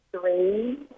three